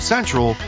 Central